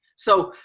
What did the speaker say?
so